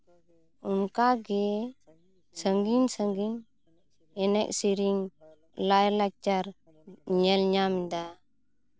ᱚᱱᱠᱟᱜᱮ ᱥᱟᱺᱜᱤᱧᱼᱥᱟᱺᱜᱤᱧ ᱮᱱᱮᱡ ᱥᱮᱨᱮᱧ ᱞᱟᱭ ᱞᱟᱠᱪᱟᱨ ᱧᱮᱞ ᱧᱟᱢᱫᱟ